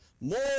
more